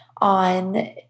on